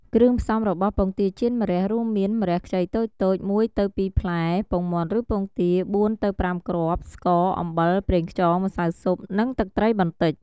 គ្រឿងផ្សំរបស់ពងទាចៀនម្រះរួមមាន ម្រះខ្ចីតូចៗ ១ទៅ២ផ្លែ ពងមាន់ឬពងទា ៤ទៅ៥គ្រាប់ ស្ករ អំបិល ប្រេងខ្យង ម្សៅស៊ុប និង ទឹកត្រីបន្តិច ។